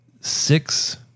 six